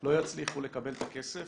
לא יצליחו לקבל את הכסף.